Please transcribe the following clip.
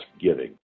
giving